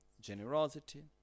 generosity